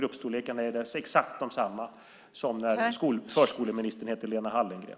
Gruppstorlekarna är exakt desamma som när förskoleministern hette Lena Hallengren.